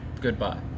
Goodbye